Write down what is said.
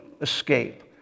escape